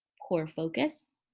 poor focus.